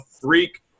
freak